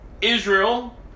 Israel